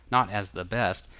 not as the best,